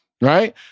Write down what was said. right